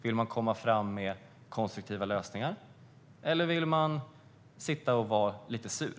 Vill man komma framåt med konstruktiva lösningar, eller vill man sitta och vara lite sur?